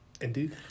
Indeed